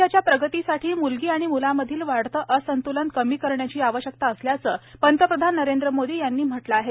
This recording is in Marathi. समाजाच्या प्रगतीसाठी म्लगी आणि म्लांमधील वाढते असंत्लन कमी करण्याची आवश्यकता असल्याचं पंतप्रधान नरेंद्र मोदी यांनी म्हटलं आहे